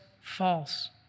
false